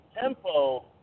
tempo